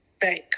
bank